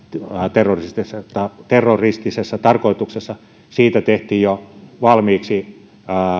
terroristisessa terroristisessa tarkoituksessa tehtiin jo valmiiksi